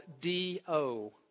D-O